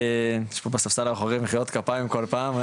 יש פה בספסל האחורי מחיאות כפיים כל פעם,